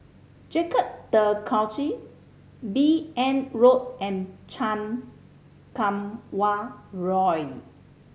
Jacques De Coutre B N Road and Chan Kum Wah Roy